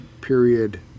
Period